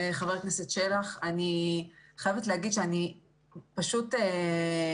חבר הכנסת שלח, אני חייבת להגיד שאני פשוט עצובה.